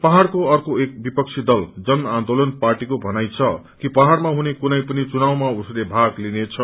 पहाड़को अर्कोएक विपक्षी दल जनआन्दोलन पाटीको भनाई छ कि पहाड़मा ुनि कुनै पनि चुनावमा उसले भाग लिनेछ